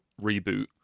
reboot